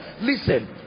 Listen